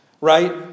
right